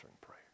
prayer